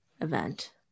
event